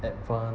advan~